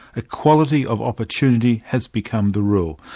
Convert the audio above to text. equality of opportunity has become the rule.